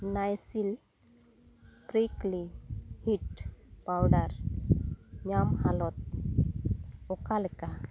Nycil prickly heat powder ᱧᱟᱢ ᱦᱟᱞᱚᱛ ᱚᱠᱟᱞᱮᱠᱟ